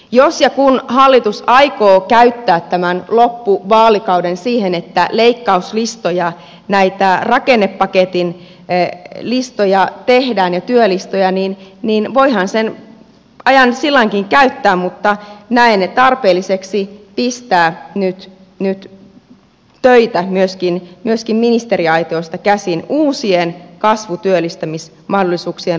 jos ja kun hallitus aikoo käyttää tämän loppuvaalikauden siihen että leikkauslistoja näitä rakennepaketin listoja ja työlistoja tehdään niin voihan sen ajan silläkin lailla käyttää mutta näen tarpeelliseksi pistää nyt töitä myöskin ministeriaitiosta käsin uusien kasvutyöllistämismahdollisuuksien luomiseen